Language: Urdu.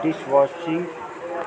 dish washing